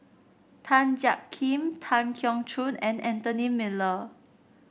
Tan Jiak Kim Tan Keong Choon and Anthony Miller